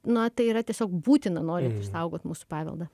na tai yra tiesiog būtina norint išsaugot mūsų paveldą